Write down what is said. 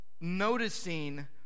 noticing